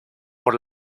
por